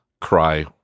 cry